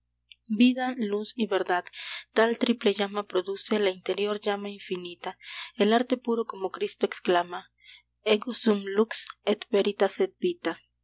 vida luz y verdad tal triple llama produce la interior llama infinita el arte puro como cristo exclama